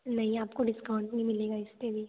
नहीं आपको डिस्काउंट नहीं मिलेगा इसपे भी